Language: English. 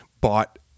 bought